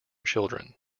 children